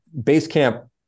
Basecamp